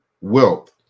wealth